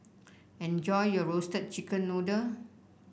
enjoy your Roasted Chicken Noodle